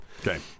Okay